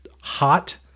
hot